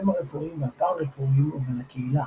הרפואיים והפארא-רפואיים ובין הקהילה.